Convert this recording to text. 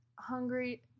hungry